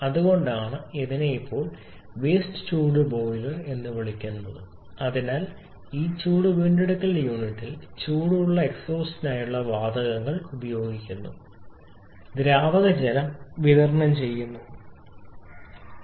അതുകൊണ്ടാണ് ഇതിനെ ചിലപ്പോൾ വേസ്റ്റ് ചൂട് ബോയിലർ എന്നും വിളിക്കുന്നത് അതിനാൽ ഈ ചൂട് വീണ്ടെടുക്കൽ യൂണിറ്റിൽ ചൂടുള്ള എക്സ്ഹോസ്റ്റ് വാതകങ്ങൾ ഉപയോഗിക്കുന്നു ദ്രാവക ജലം വിതരണം ചെയ്യുന്നു അത്